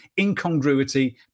incongruity